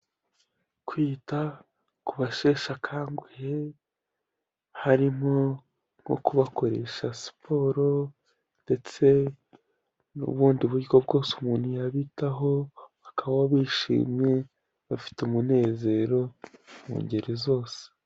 Kwita ku basheshe akanguhe harimo nko kubakoresha siporo ndetse n'ubundi buryo bwose umuntu yabitaho bakabaho bishimye, bafite umunezero mu ngeri zose.